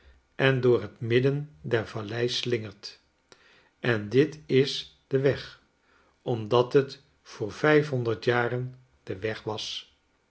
en door het midden der vallei slingert en dit is de weg omdat het voor vijfhonderd jaren de weg was